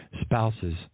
spouses